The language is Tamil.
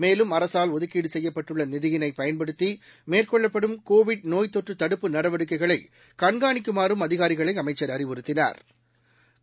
மேலும் அரசால் ஒதுக்கீடு செய்யப்பட்டுள்ள நிதியினை பயன்படுத்தி மேற்கொள்ளப்படும் கோவிட் நோய்த்தொற்று தடுப்புப் நடவடிக்கைகளை கண்காணிக்குமாறும் அதிகாரிகளை அமைச்சா் அறிவுறுத்தினாா்